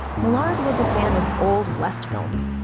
millard was a fan of old west films.